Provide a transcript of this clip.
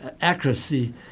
accuracy